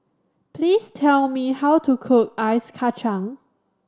please tell me how to cook Ice Kachang